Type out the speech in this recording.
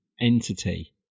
entity